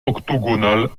octogonal